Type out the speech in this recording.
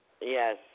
yes